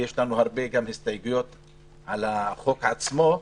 ויש לנו הרבה הסתייגויות גם על החוק עצמו.